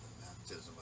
baptism